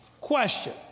question